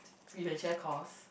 we can share cost